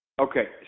Okay